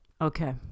Okay